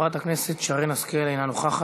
חברת הכנסת שרן השכל, אינה נוכחת,